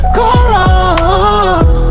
Chorus